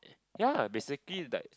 ya basically is like